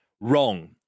wrong